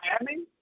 Miami